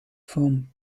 from